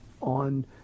on